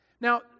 Now